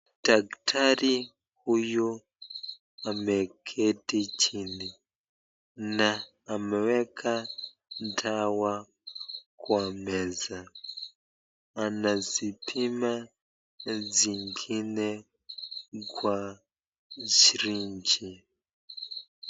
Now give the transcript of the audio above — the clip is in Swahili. Dakatari huyu ameketi chini na ameweka dawa kwa meza, anazipima zngine kwa syringe .